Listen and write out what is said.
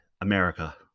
America